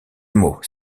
mot